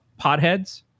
potheads